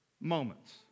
moments